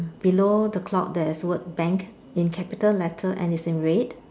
below the clock there's the word bank in capital letter and it's in red